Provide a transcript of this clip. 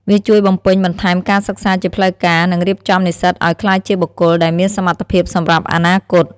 វាជួយបំពេញបន្ថែមការសិក្សាជាផ្លូវការ និងរៀបចំនិស្សិតឱ្យក្លាយជាបុគ្គលដែលមានសមត្ថភាពសម្រាប់អនាគត។